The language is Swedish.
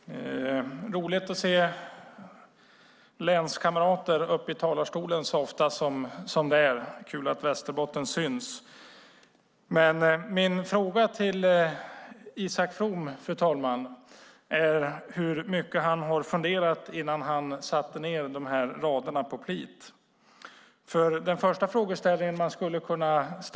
Fru talman! Det är roligt att se länskamrater i talarstolen så ofta. Det är kul att Västerbotten syns. Jag undrar, fru talman, hur mycket Isak From funderade innan han plitade ned sina rader.